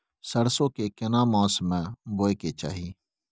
सरसो के केना मास में बोय के चाही?